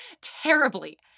terribly